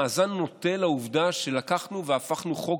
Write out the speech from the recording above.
המאזן נוטה לעובדה שלקחנו והפכנו חוק